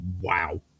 Wow